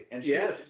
Yes